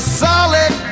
solid